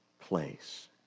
place